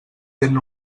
tenen